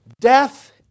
death